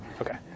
Okay